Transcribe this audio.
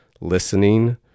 listening